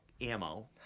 Ammo